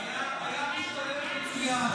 היה משתלב מצוין.